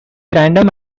random